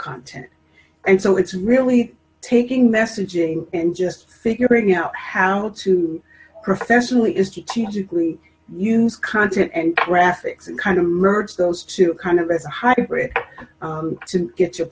content and so it's really taking messaging and just figuring out how to professionally in strategically use content and graphics and kind of merge those two kind of as a hybrid to get your